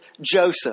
Joseph